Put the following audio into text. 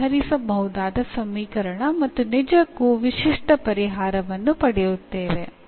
മാത്രമല്ല ഒരേയൊരു സൊല്യൂഷൻ മാത്രമേ ലഭിക്കുകയുമുള്ളൂ